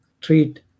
treat